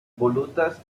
volutas